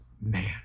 man